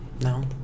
No